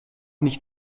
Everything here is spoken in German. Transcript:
nicht